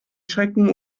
schrecken